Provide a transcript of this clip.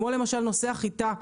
כמו למשל נושא החיטה,